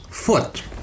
foot